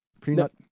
Peanut